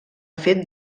fet